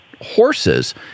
horses